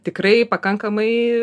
tikrai pakankamai